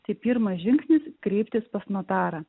tai pirmas žingsnis kreiptis pas notarą